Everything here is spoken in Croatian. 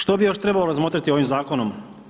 Što bi još trebalo razmotriti ovim zakonom?